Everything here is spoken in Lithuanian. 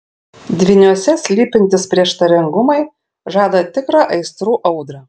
dvyniuose slypintys prieštaringumai žada tikrą aistrų audrą